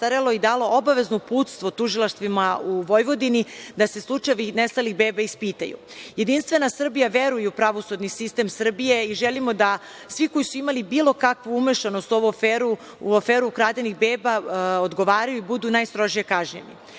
zastarelo, i dalo obavezno uputstvo tužilaštvima u Vojvodini da se slučajevi nestalih beba ispitaju. Jedinstvena Srbija veruje u pravosudni sistem Srbije i želimo da svi koji su imali bilo kakvu umešanost u ovu aferu, u aferu ukradenih beba odgovaraju i budu najstrožije kažnjeni. Meni